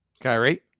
Kyrie